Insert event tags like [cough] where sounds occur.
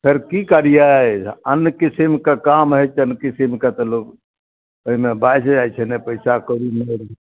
फेर की करियै अन्न किसिम के काम हय तऽ चन्द किसिम के तऽ लोग ओहिमे बाझि जाइ छै ने पैसा कौड़ी [unintelligible]